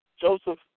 Joseph